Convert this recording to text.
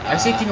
ah